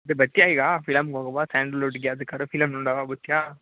ಬರ್ತ್ಯಾ ಈಗ ಫಿಲಮ್ಗೆ ಹೋಗುವಾ ಸ್ಯಾಂಡಲುಡ್ಗೆ ಯಾವ್ದಕ್ಕಾರೂ ಫಿಲಮ್ ನೋಡುವಾ ಬರ್ತ್ಯಾ